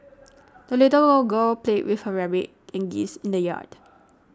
the little girl played with her rabbit and geese in the yard